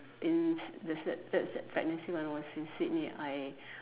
in s~ the third pregnancy when I was in Sydney I